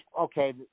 okay